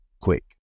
quick